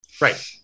Right